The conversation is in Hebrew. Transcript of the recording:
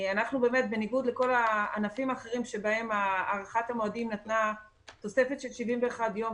בניגוד לכל הענפים האחרים שבהם הארכת המועדים נתנה תוספת של 71 יום,